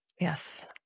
Yes